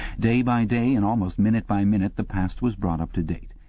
day by day and almost minute by minute the past was brought up to date.